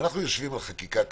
אנחנו יושבים על חקיקה קיימת,